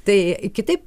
tai kitaip